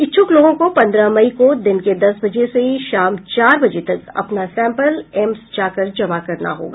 इच्छुक लोगों को पंद्रह मई को दिन के दस बजे से शाम चार बजे तक अपना सैंपल एम्स जाकर जमा करना होगा